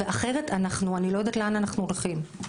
ואחרת אני לא יודעת לאן אנחנו הולכים.